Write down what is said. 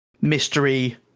mystery